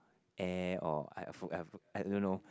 eh or I I I don't know